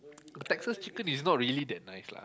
Texas chicken is not really that nice lah